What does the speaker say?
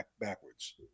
backwards